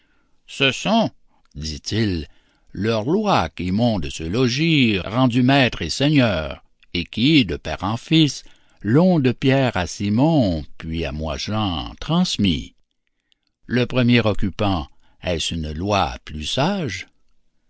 ce sont dit-il leurs lois qui m'ont de ce logis rendu maître et seigneur et qui de père en fils l'ont de pierre à simon puis à moi jean transmis le premier occupant est-ce une loi plus sage